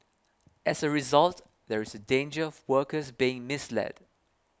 as a result there is a danger of workers being misled